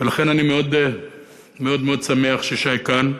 ולכן אני מאוד מאוד שמח ששי כאן.